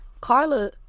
Carla